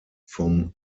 vom